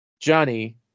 Johnny